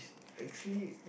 actually